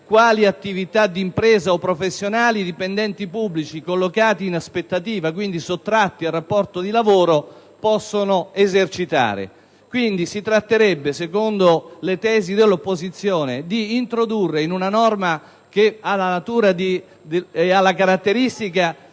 quali attività di impresa o professionali i dipendenti pubblici collocati in aspettativa, quindi sottratti al rapporto di lavoro, possano esercitare. Quindi, si tratterebbe, secondo le tesi dell'opposizione, di introdurre in una norma che ha le caratteristiche